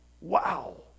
Wow